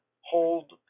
hold